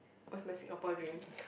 what's my Singapore dream